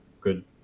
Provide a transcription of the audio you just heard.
good